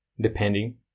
depending